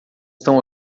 estão